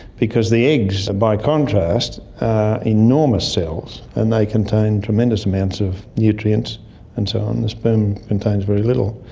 because the eggs by contrast are enormous cells and they contain tremendous amounts of nutrients and so on. the sperm contains very little.